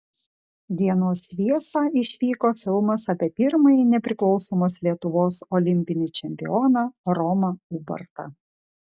dienos šviesą išvyko filmas apie pirmąjį nepriklausomos lietuvos olimpinį čempioną romą ubartą